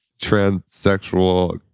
transsexual